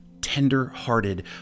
Tender-hearted